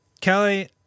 kelly